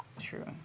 True